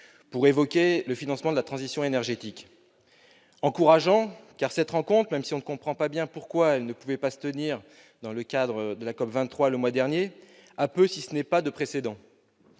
pour évoquer le financement de la transition énergétique. Encourageant, car cette rencontre, même si on ne comprend pas bien pourquoi elle ne pouvait pas se tenir dans le cadre de la COP23, le mois dernier, n'a guère de précédent.